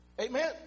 Amen